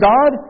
God